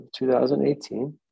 2018